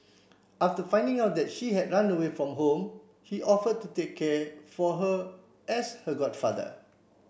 after finding out that she had run away from home he offered to take care for her as her godfather